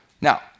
Now